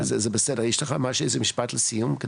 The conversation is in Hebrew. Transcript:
יש לך איזה משפט לסיום?